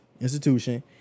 institution